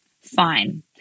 fine